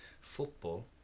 football